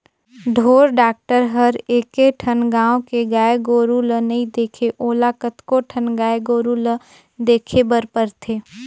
ढोर डॉक्टर हर एके ठन गाँव के गाय गोरु ल नइ देखे ओला कतको ठन गाय गोरु ल देखे बर परथे